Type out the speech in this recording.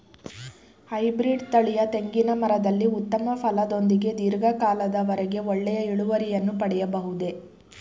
Hybrid ತಳಿಯ ತೆಂಗಿನ ಮರದಲ್ಲಿ ಉತ್ತಮ ಫಲದೊಂದಿಗೆ ಧೀರ್ಘ ಕಾಲದ ವರೆಗೆ ಒಳ್ಳೆಯ ಇಳುವರಿಯನ್ನು ಪಡೆಯಬಹುದೇ?